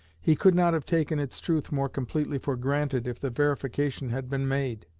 he could not have taken its truth more completely for granted if the verification had been made.